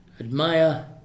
admire